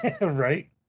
Right